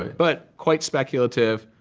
but quite speculative.